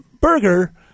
burger